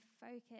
focus